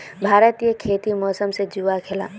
भारतीय खेती मौसम से जुआ खेलाह